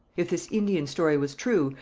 if this indian story was true,